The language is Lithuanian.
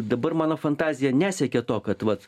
dabar mano fantazija nesiekia to kad vat